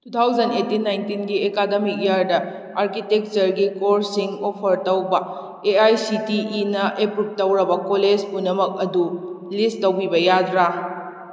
two thousand eighteen nineteen academic ꯏꯌꯥꯔꯗ ꯑꯥꯔꯀꯤꯇꯦꯛꯆꯔꯒꯤ ꯀꯣꯔꯁꯁꯤꯡ ꯑꯣꯐꯔ ꯇꯧꯕ ꯑꯦ ꯑꯥꯏ ꯁꯤ ꯇꯤ ꯏꯅ ꯑꯦꯄ꯭ꯔꯨꯞ ꯇꯧꯔꯕ ꯀꯣꯂꯦꯖ ꯄꯨꯝꯅꯃꯛ ꯑꯗꯨ ꯂꯤꯁ ꯇꯧꯕꯤꯕ ꯌꯥꯗ꯭ꯔꯥ